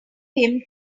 him